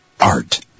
Art